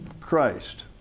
Christ